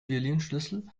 violinschlüssel